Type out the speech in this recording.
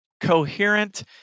coherent